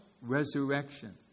resurrection